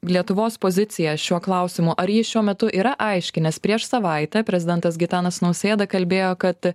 lietuvos pozicija šiuo klausimu ar ji šiuo metu yra aiški nes prieš savaitę prezidentas gitanas nausėda kalbėjo kad